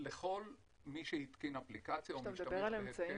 לכל מי שהתקין אפליקציה או משתמש קצה --- כשאתה מדבר על אמצעים,